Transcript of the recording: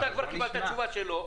אתה כבר קיבלת תשובה שלא,